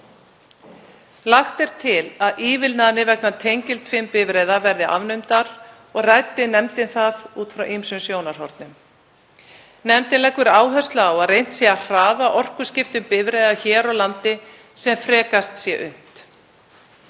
Lagt er til að ívilnanir vegna tengiltvinnbifreiða verði afnumdar og ræddi nefndin það út frá ýmsum sjónarhornum. Nefndin leggur áherslu á að reynt sé að hraða orkuskiptum bifreiða hér á landi sem frekast sé unnt.